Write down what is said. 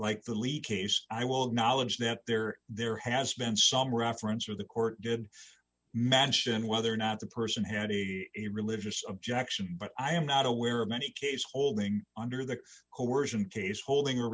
like the leak case i will acknowledge that there there has been some reference or the court did mention whether or not the person had a religious objection but i am not aware of any case holding under the coersion case holding re